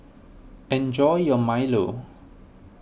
enjoy your Milo